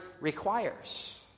requires